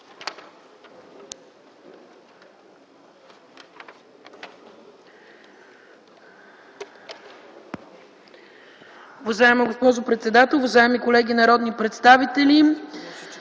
Уважаема госпожо председател, уважаеми колеги народни представители!